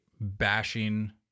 bashing